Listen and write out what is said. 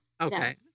Okay